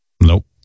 Nope